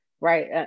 right